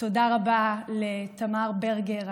תודה רבה לתמר ברגר,